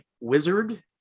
wizard